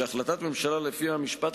שהחלטת ממשלה שלפיה המשפט,